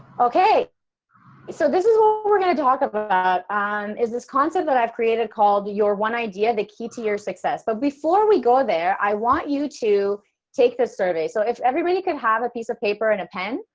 okay so this is what we're going to talk about um is this concept that i've created, called your one idea, the key to your success, but before we go there, i want you to take this survey, so if everybody can have a piece of paper and a pen,